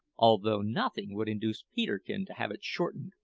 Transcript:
although nothing would induce peterkin to have it shortened.